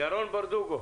ירון ברדוגו,